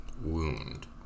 wound